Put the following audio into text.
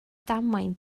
damwain